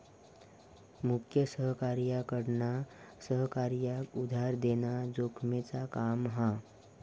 मुख्य सहकार्याकडना सहकार्याक उधार देना जोखमेचा काम हा